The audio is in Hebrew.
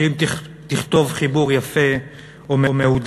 שאם תכתוב חיבור יפה ומהודק,